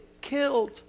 killed